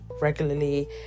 regularly